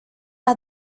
las